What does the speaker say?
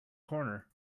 corner